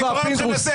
תחזור בדבריך.